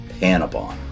Panabon